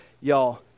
Y'all